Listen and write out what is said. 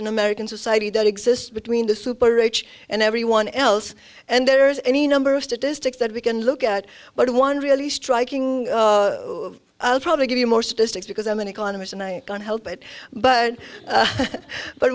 in american society that exists between the super rich and everyone else and there's any number of statistics that we can look at but one really striking i'll probably give you more statistics because i'm an economist and i can help it but but